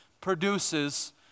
produces